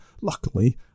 Luckily